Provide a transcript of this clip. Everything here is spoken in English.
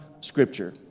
Scripture